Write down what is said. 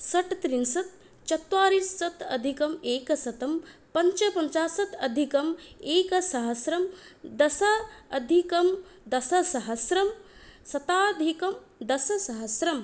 षट् त्रिंशत् चत्वारिंशत् अधिकम् एकशतं पञ्चपञ्चाशत् अधिकम् एकसहस्रं दश अधिकं दशसहस्रं शताधिकं दशसहस्रम्